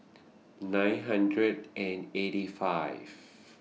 nine hundred and eighty five